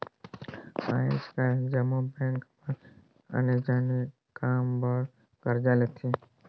आएज काएल जम्मो बेंक मन आने आने काम बर करजा देथे